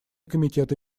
комитеты